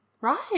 Right